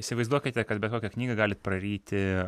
įsivaizduokite kad bet kokią knygą galite praryti